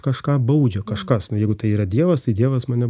kažką baudžia kažkas nu jeigu tai yra dievas tai dievas mane